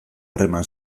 harreman